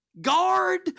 guard